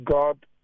God